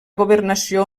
governació